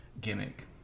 gimmick